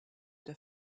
der